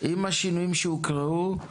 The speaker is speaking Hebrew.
סעיפים 26, 27 ו-28, עם השינויים שהוקראו.